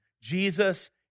Jesus